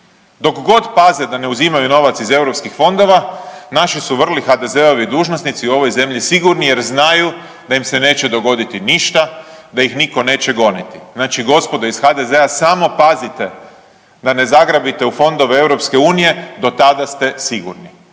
dok god paze da ne uzimaju novac iz eu fondova naši su vrli HDZ-ovi dužnosnici sigurni jer znaju da im se neće dogoditi ništa, da ih niko neće goniti. Znači gospodo iz HDZ-a samo pazite da ne zagrabite u fondove EU do tada ste sigurni.